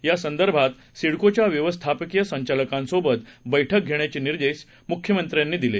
यासंदर्भातसिडकोच्याव्यवस्थापकीयसंचालकांसोबतबैठकघेण्याचेनिर्देशमुख्यमंत्र्यांनीदि ले